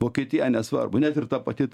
vokietija nesvarbu net ir ta pati